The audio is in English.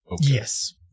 Yes